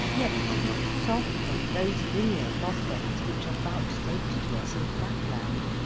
yet to be cut off from those linear prospects which are vouchsafed to us in flatland!